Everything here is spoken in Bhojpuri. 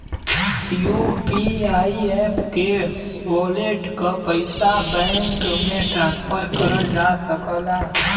यू.पी.आई एप के वॉलेट क पइसा बैंक में ट्रांसफर करल जा सकला